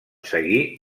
seguir